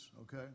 okay